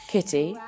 Kitty